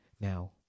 Now